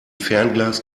fernglas